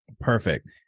Perfect